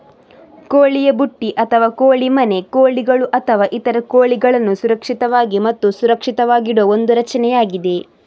ಕೋಳಿಯ ಬುಟ್ಟಿ ಅಥವಾ ಕೋಳಿ ಮನೆ ಕೋಳಿಗಳು ಅಥವಾ ಇತರ ಕೋಳಿಗಳನ್ನು ಸುರಕ್ಷಿತವಾಗಿ ಮತ್ತು ಸುರಕ್ಷಿತವಾಗಿಡುವ ಒಂದು ರಚನೆಯಾಗಿದೆ